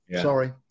Sorry